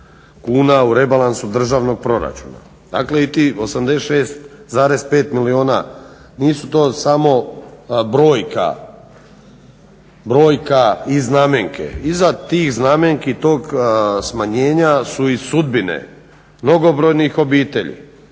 u rebalansu državnog proračuna. Dakle, i tih 86,5 milijuna nisu to samo brojka i znamenke. Iza tih znamenki tog smanjenja su i sudbine mnogobrojnih obitelji